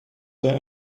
were